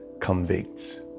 convicts